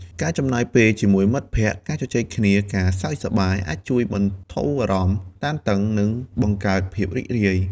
ការចំណាយពេលជាមួយមិត្តភក្តិ ការជជែកគ្នា ការសើចសប្បាយ អាចជួយបន្ធូរអារម្មណ៍តានតឹង និងបង្កើតភាពរីករាយ។